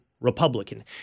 Republican